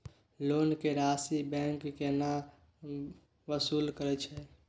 Loan के राशि bank केना वसूल करे छै?